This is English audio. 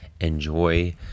Enjoy